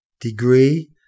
Degree